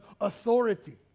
authority